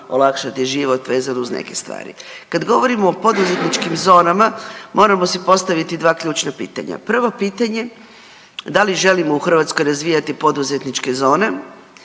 olakšati život vezano uz neke stvari. Kad govorimo o poduzetničkim zonama moramo si postaviti dva ključna pitanja. Prvo pitanje da li želimo u Hrvatskoj razvijati poduzetničke zone,